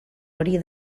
hori